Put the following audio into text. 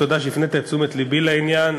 תודה שהפנית את תשומת לבי לעניין.